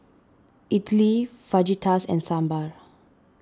Idili Fajitas and Sambar